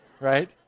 Right